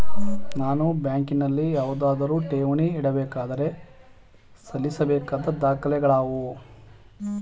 ನಾನು ಬ್ಯಾಂಕಿನಲ್ಲಿ ಯಾವುದಾದರು ಠೇವಣಿ ಇಡಬೇಕಾದರೆ ಸಲ್ಲಿಸಬೇಕಾದ ದಾಖಲೆಗಳಾವವು?